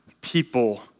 people